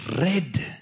red